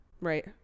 Right